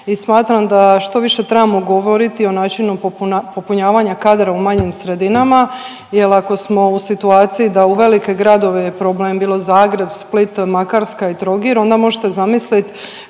smatram da što više trebamo govoriti o načinu popunjavanja kadra u manjim sredinama jel ako smo u situaciji da u velike gradove je problem bilo Zagreb, Split, Makarska i Trogir onda možete zamislit